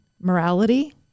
morality